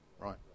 right